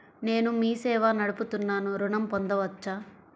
నేను మీ సేవా నడుపుతున్నాను ఋణం పొందవచ్చా?